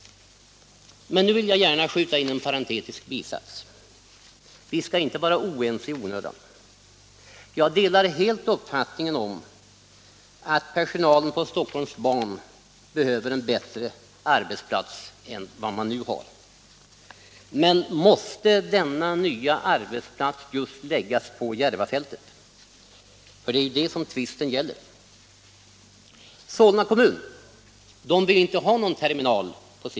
Här vill jag gärna skjuta in en parentetisk bisats: Vi skall inte vara oense i onödan. Jag instämmer helt i uppfattningen att personalen på Stockholms Ban behöver en bättre arbetsplats än vad den nu har. Men måste denna nya arbetsplats läggas just på Järvafältet? Det är ju det som tvisten gäller.